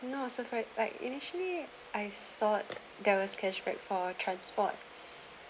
you know also quite like initially I thought there was cashback for transport